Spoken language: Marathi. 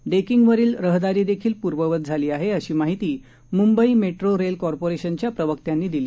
डेकिंगवरील रहदारी देखील पूर्ववत झाली आहे अशी माहिती मुंबई मेट्रो रेल कॉर्पोरेशनच्या प्रवक्त्यांनी दिली